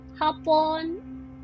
hapon